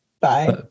bye